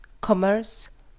commerce